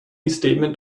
statement